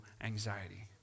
anxiety